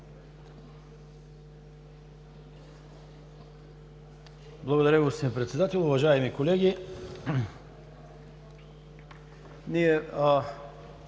Благодаря, господин Председател. Уважаеми колеги! По